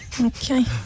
okay